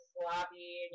sloppy